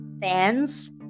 fans